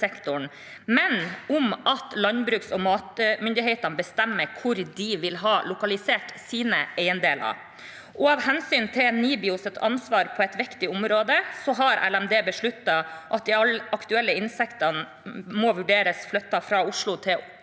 men om at landbruks- og matmyndighetene bestemmer hvor de vil ha lokalisert sine eiendeler. Av hensyn til NIBIOs ansvar på et viktig område har LMD besluttet at de aktuelle insektene må vurderes flyttet fra Oslo til Ås.